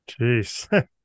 Jeez